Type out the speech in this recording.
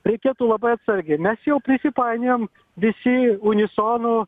reikėtų labai atsargiai mes jau prisipainiojom visi unisonu